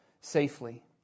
safely